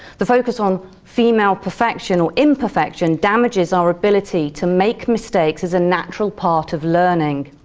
the focus on female perfection or imperfection damages our ability to make mistakes as a natural part of learning.